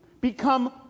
become